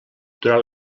durant